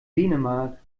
dänemark